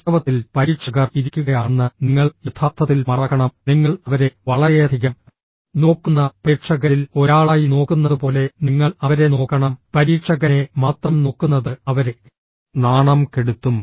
വാസ്തവത്തിൽ പരീക്ഷകർ ഇരിക്കുകയാണെന്ന് നിങ്ങൾ യഥാർത്ഥത്തിൽ മറക്കണം നിങ്ങൾ അവരെ വളരെയധികം നോക്കുന്ന പ്രേക്ഷകരിൽ ഒരാളായി നോക്കുന്നതുപോലെ നിങ്ങൾ അവരെ നോക്കണം പരീക്ഷകനെ മാത്രം നോക്കുന്നത് അവരെ നാണം കെടുത്തും